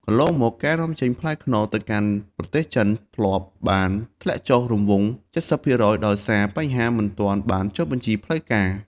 កន្លងមក ការនាំចេញផ្លែខ្នុរទៅកាន់ប្រទេសចិនធ្លាប់បានធ្លាក់ចុះរង្វង់ ៧០% ដោយសារបញ្ហាមិនទាន់បានចុះបញ្ជីផ្លូវការ។